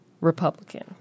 Republican